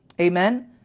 Amen